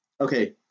okay